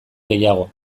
gehiago